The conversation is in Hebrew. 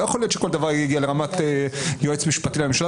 לא יכול להיות שכל דבר יגיע לרמת יועץ משפטי לממשלה,